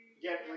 get